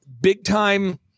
big-time –